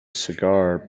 cigar